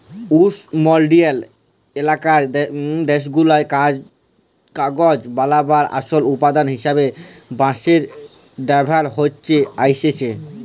উস্লমলডলিয় ইলাকার দ্যাশগুলায় কাগজ বালাবার আসল উৎপাদল হিসাবে বাঁশের ব্যাভার হঁয়ে আইসছে